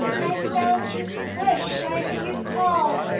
i felt you push, i heard you call,